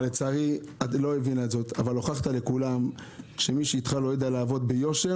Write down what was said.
אתה הוכחת שמי שאיתך לא יודע לעבוד ביושר